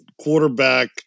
quarterback